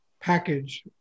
package